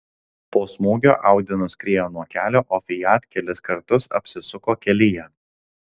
po smūgio audi nuskriejo nuo kelio o fiat kelis kartus apsisuko kelyje